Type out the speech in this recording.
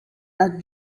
that